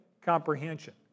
comprehension